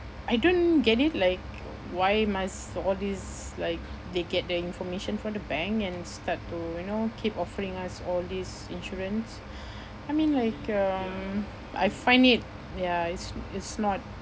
I don't get it like why must all this like they get the information from the bank and start to you know keep offering us all this insurance I mean like um I find it ya it's it's not